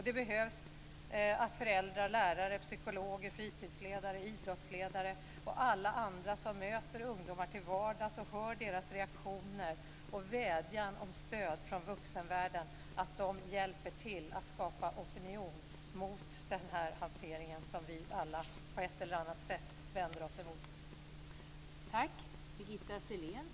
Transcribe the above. Det behövs att föräldrar, lärare, psykologer, fritidsledare, idrottsledare och alla andra som möter ungdomar till vardags och hör deras reaktioner och vädjan om stöd från vuxenvärlden hjälper till att skapa opinion mot den här hanteringen som vi alla på ett eller annat sätt vänder oss emot.